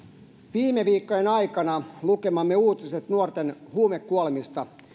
viime viikkojen aikana lukemamme uutiset nuorten huumekuolemista